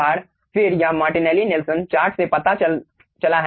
एक बार फिर यह मार्टिनले नेल्सन चार्ट से पता चला है